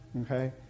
okay